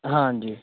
ਹਾਂਜੀ